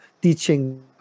teaching